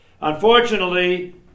Unfortunately